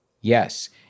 Yes